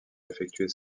effectuer